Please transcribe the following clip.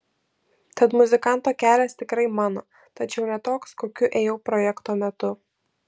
tad muzikanto kelias tikrai mano tačiau ne toks kokiu ėjau projekto metu